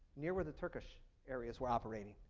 near were the turkish areas were operating.